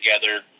together